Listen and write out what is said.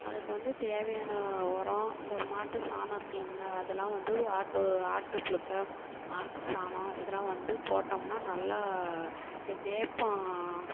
அதுக்கு வந்து தேவையான உரம் இந்த மாட்டு சாணம் இருக்கு இல்லைங்களா அதெல்லாம் வந்து ஆட்டு ஆட்டு புழுக்க மாட்டு சாணம் இதெல்லாம் வந்து போட்டோம்னா நல்லா இந்த வேப்பம்